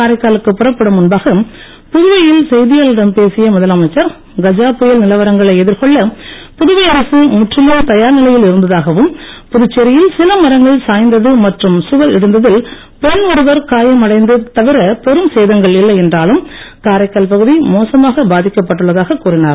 காரைக்காலுக்கு புறப்படும் முன்பாக புதுவையில் செய்தியாளர்களிடம் பேசிய முதலமைச்சர் கஜா புயல் நிலவரங்களை எதிர்கொள்ள புதுவை அரசு முற்றிலும் தயார் நிலையில் இருந்ததாகவும் புதுச்சேரியில் சில மரங்கள் சாய்ந்தது மற்றும் சுவர் இடிந்ததில் பெண் ஒருவர் காயம் அடைந்த்து தவிர பெரும் சேதங்கள் இல்லையென்றாலும் காரைக்கால் பகுதி மோசமாக பாதிக்கப்பட்டுள்ளதாகக் கூறினார்